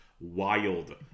wild